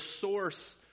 source